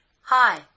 Hi